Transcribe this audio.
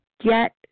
get